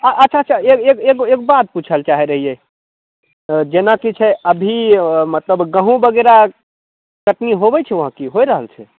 हँ अच्छा अच्छा एग ए ए एगो बात पुछऽ लए चाहै रहियै जेनाकि कि छै अभी मतलब गहूॅंम बगैरह कटनी होइ छै वहाँ होइ रहल छै